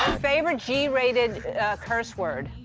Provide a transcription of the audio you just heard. favorite g-rated curse word.